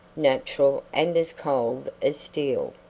natural and as cold as steel.